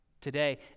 today